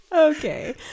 Okay